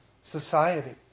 society